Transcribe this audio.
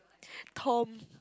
Tom